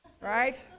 right